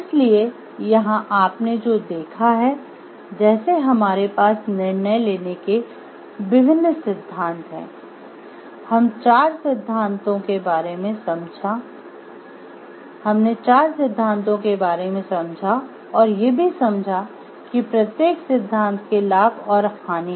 इसलिए यहां आपने जो देखा है जैसे हमारे पास निर्णय लेने के विभिन्न सिद्धांत हैं हम चार सिद्धांतों के बारे में समझा और ये भी समझा कि प्रत्येक सिद्धांत के लाभ और हानि हैं